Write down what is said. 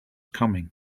coming